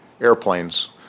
airplanes